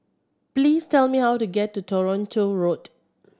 please tell me how to get to Toronto Road